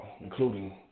including